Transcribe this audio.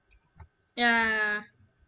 ya